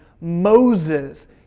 Moses